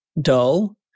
dull